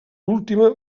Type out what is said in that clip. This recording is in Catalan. última